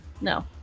no